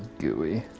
gooey.